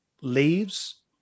leaves